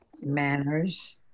manners